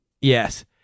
yes